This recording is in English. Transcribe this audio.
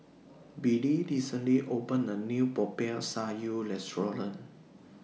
Billie recently opened A New Popiah Sayur Restaurant